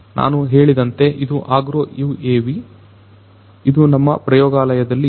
ನಾನು ಹೇಳಿದಂತೆ ಇದು ಆಗ್ರೋ UAV ಇದು ನಮ್ಮ ಪ್ರಯೋಗಾಲಯದಲ್ಲಿ ಇದೆ